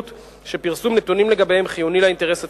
שפרסום נתונים לגביהם חיוני לאינטרס הציבורי,